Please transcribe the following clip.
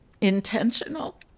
Intentional